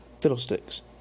Fiddlesticks